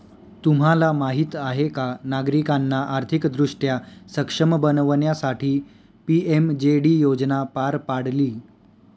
तुम्हाला माहीत आहे का नागरिकांना आर्थिकदृष्ट्या सक्षम बनवण्यासाठी पी.एम.जे.डी योजना पार पाडली